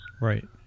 Right